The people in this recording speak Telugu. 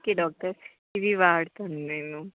ఓకే డాక్టర్ ఇది వాడతాను నేను